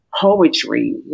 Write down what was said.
poetry